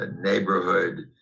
neighborhood